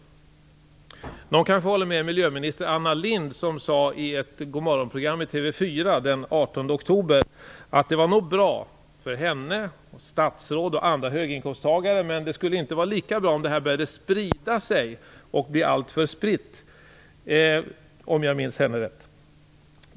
Någon kanske håller med miljöminister Anna Lindh som i ett Godmorgonprogram i TV 4 den 18 oktober sade att detta nog var bra för henne, andra statsråd och andra höginkomsttagare men att det inte skulle vara lika bra om det började spridas och bli alltför spritt, om jag minns henne rätt.